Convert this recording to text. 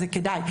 זה כדאי.